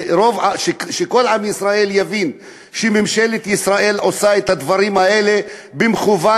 שכל עם ישראל יבין שממשלת ישראל עושה את הדברים האלה במכוון,